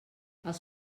els